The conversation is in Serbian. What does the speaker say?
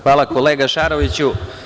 Hvala kolega Šaroviću.